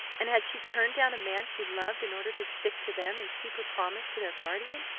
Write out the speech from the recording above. and had she turned down a man she loved in order to stick to them and keep her promise to their guardian?